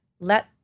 let